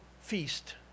feast